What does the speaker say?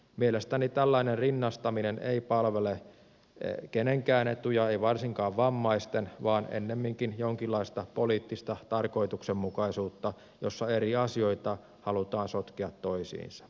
mielestäni tällainen rinnastaminen ei palvele kenenkään etuja ei varsinkaan vammaisten vaan ennemminkin jonkinlaista poliittista tarkoituksenmukaisuutta jossa eri asioita halutaan sotkea toisiinsa